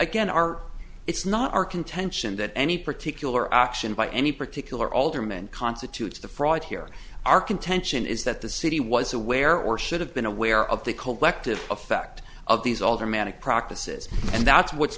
are it's not our contention that any particular action by any particular alderman constitutes the fraud here our contention is that the city was aware or should have been aware of the collective effect of these aldermanic practices and that's what's